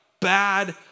bad